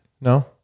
No